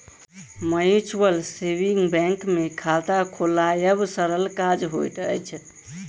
mutual saving bank मे खाता खोलायब सरल काज होइत अछि